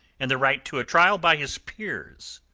and the right to trial by his peers.